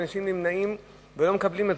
מאנשים זה נמנע והם לא מקבלים אותם,